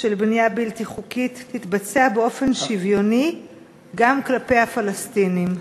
של בנייה בלתי חוקית תתבצע באופן שוויוני גם כלפי הפלסטינים?